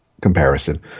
comparison